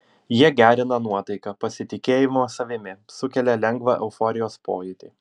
jie gerina nuotaiką pasitikėjimą savimi sukelia lengvą euforijos pojūtį